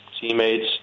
teammates